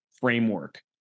framework